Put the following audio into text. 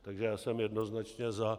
Takže já jsem jednoznačně za.